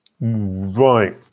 right